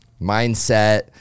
mindset